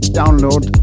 download